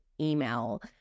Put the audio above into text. email